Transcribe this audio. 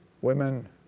Women